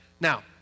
Now